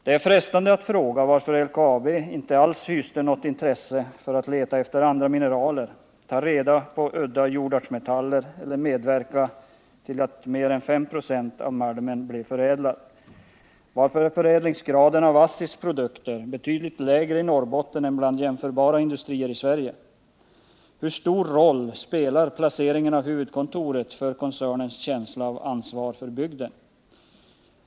Det är frestande att fråga varför LKAB inte alls hyste något intresse för att leta efter andra mineral, ta reda på de sällsynta jordartsmetallerna eller medverka till att mer än 5 96 av företagets malm blev förädlad. Varför är förädlingsgraden av ASSI:s produkter betydligt lägre i Norrbotten än bland jämförbara industrier på andra håll i Sverige? Hur stor roll spelar placeringen av huvudkontoret för koncernens känsla av ansvar för bygden?